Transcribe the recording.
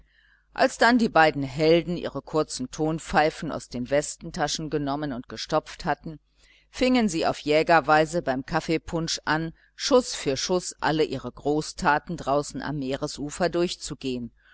als dann die beiden helden ihre kurzen tonpfeifen aus den westentaschen genommen und gestopft hatten fingen sie auf jägerweise beim kaffeepunsch an schuß für schuß alle ihre großtaten draußen am meeresufer durchzugehen